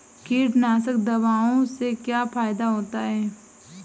कीटनाशक दवाओं से क्या फायदा होता है?